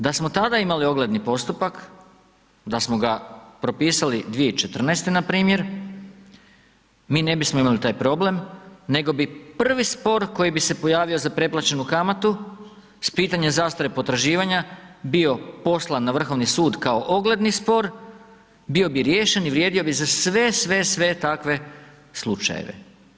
Da smo tada imali ogledni postupak, da smo ga propisali 2014. npr. mi ne bismo imali taj problem, nego bi prvi spor koji bi se pojavio za preplaćenu kamatu, s pitanjem zastare potraživanja, bio poslan na Vrhovni sud kao ogledni spor, bio bi riješen i vrijedio bi za sve, sve takve slučajeve.